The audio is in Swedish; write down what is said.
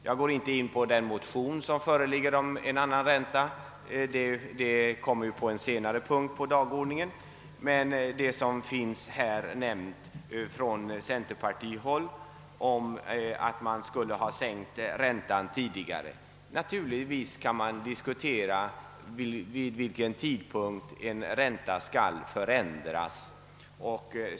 Jag skall inte nu gå in på den motion som föreligger om en annan räntesats — den skall tas upp vid en senare tidpunkt på dagordningen. Naturligtvis kan man diskutera vid vilken tidpunkt räntan skall förändras.